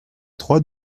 trois